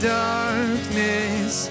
darkness